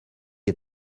est